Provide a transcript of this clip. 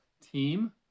team